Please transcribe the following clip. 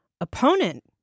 opponent